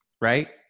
Right